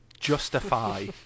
justify